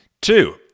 Two